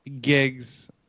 gigs